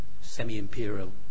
semi-imperial